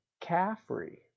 Caffrey